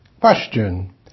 Question